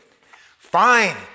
Fine